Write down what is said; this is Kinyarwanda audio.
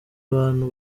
abantu